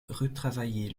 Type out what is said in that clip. retravailler